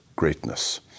greatness